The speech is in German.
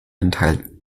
enthalten